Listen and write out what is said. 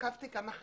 כולה שבת,